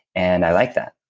and i liked that